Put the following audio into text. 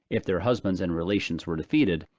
if their husbands and relations were defeated,